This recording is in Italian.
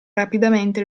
rapidamente